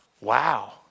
wow